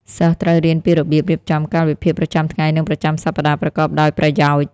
សិស្សត្រូវរៀនពីរបៀបរៀបចំកាលវិភាគប្រចាំថ្ងៃនិងប្រចាំសប្តាហ៍ប្រកបដោយប្រយោជន៍។